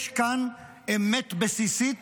יש כאן אמת בסיסית,